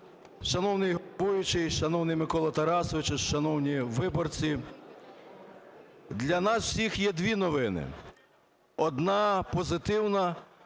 Шановний головуючий, шановний Миколо Тарасович, шановні виборці, для нас всіх є дві новини. Одна позитивна